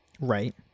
Right